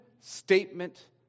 statement